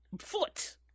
foot